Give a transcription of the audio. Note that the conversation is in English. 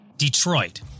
Detroit